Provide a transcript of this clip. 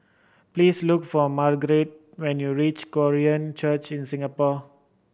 please look for Margarette when you reach Korean Church in Singapore